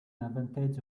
advantage